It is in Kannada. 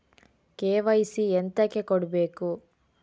ಕೆ.ವೈ.ಸಿ ಎಂತಕೆ ಕೊಡ್ಬೇಕು?